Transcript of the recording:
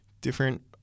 different